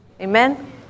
Amen